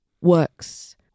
works